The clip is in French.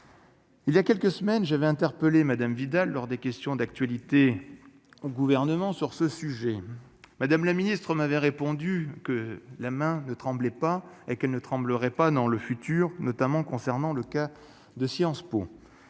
Il y a quelques semaines, je vais interpeller madame Vidal, lors des questions d'actualité au gouvernement sur ce sujet, madame la ministre m'avait répondu que la main ne tremblait pas et qu'elle ne tremblerai pas dans le futur, notamment concernant le cas de Sciences Po